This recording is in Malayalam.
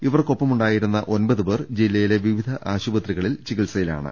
ഇവർക്കൊപ്പമുണ്ടായിരുന്നു ഒമ്പത് പേർ ജില്ലയിലെ വിവിധ ആശുപത്രികളിൽ ചികിത്സയിലാണ്